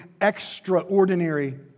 extraordinary